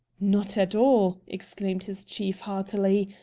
not at all! exclaimed his chief heartily.